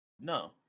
No